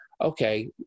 okay